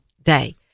day